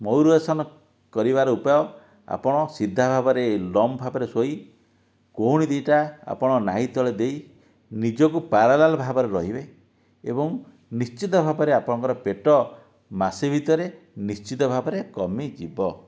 ମୟୂରାସନ କରିବାର ଉପାୟ ଆପଣ ସିଧା ଭାବରେ ଲମ୍ବ ଭାବରେ ଶୋଇ କହୁଣି ଦୁଇଟା ଆପଣ ନାହି ତଳେ ଦେଇ ନିଜକୁ ପାରାଲାଲ୍ ଭାବରେ ରହିବେ ଏବଂ ନିଶ୍ଚିତ ଭାବରେ ଆପଣଙ୍କର ପେଟ ମାସେ ଭିତରେ ନିଶ୍ଚିତ ଭାବରେ କମିଯିବ